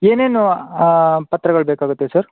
ಏನೇನು ಪತ್ರಗಳು ಬೇಕಾಗುತ್ತೆ ಸರ್